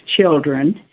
children